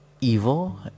evil